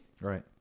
Right